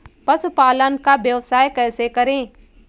पशुपालन का व्यवसाय कैसे करें?